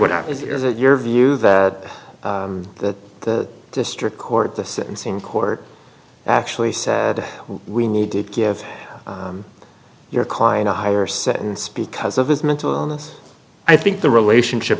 what is it your view that that the district court the sentencing court actually said we need to give your client a higher sentence because of his mental illness i think the relationship